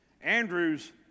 Andrew's